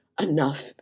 enough